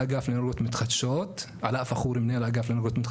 כדי לבנות אנרגיה מתחדשת צריך שטח,